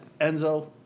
Enzo